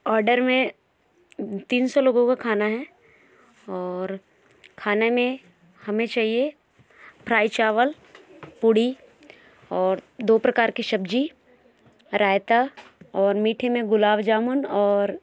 order में तीन सौ लोगों का खाना है और खाने में हमें चाहिए फ्राई चावल पुड़ी और दो प्रकार की सब्ज़ी रायता और मीठे में गुलाब जामुन और